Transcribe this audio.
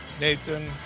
Nathan